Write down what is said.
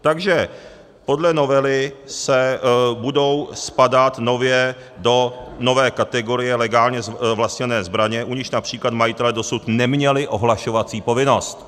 Takže podle novely budou spadat nově do nové kategorie legálně vlastněné zbraně, u nichž například majitelé dosud neměli ohlašovací povinnost.